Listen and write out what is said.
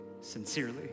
sincerely